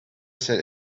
said